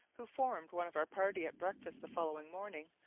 who formed one of our party at breakfast the following morning,